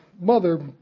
mother